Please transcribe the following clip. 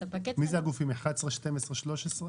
מי אלה הגופים 11, 12 ו-13?